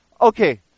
Okay